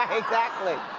exactly!